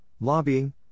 lobbying